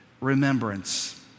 remembrance